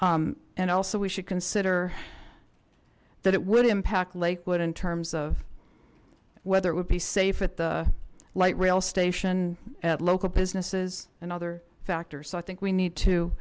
and also we should consider that it would impact lakewood in terms of whether it would be safe at the light rail station at local businesses and other factors so i think we need to